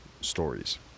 stories